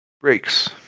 Breaks